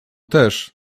też